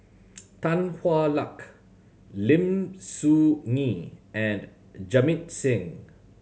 Tan Hwa Luck Lim Soo Ngee and Jamit Singh